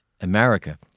America